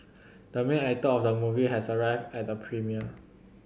the main actor of the movie has arrived at the premiere